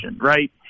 right